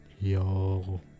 Yo